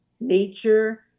nature